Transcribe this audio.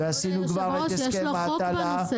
ועשינו כבר את הסכם ההטלה.